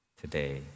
today